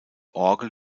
orgel